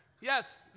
Yes